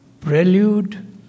prelude